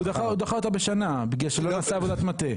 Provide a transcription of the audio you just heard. הוא דחה אותה בשנה כי לא נעשתה עבודת מטה.